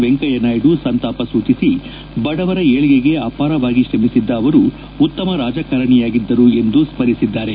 ವೆಂಕಯ್ಯನಾಯ್ಡು ಸಂತಾಪ ಸೂಚಿಸಿ ಬಡವರ ಏಳ್ಗೆಗೆ ಅಪಾರವಾಗಿ ಶ್ರಮಿಸಿದ್ದ ಅವರು ಉತ್ತಮ ರಾಜಕಾರಣಿಯಾಗಿದ್ದರು ಎಂದು ಸ್ಪರಿಸಿದ್ದಾರೆ